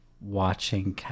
watching